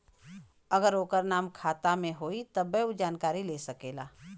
अगर ओकर नाम खाता मे होई तब्बे ऊ जानकारी ले सकेला